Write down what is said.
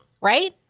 right